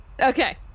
Okay